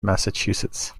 massachusetts